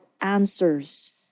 answers